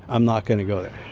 i'm not going to go there.